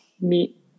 meet